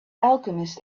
alchemist